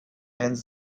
and